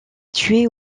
tués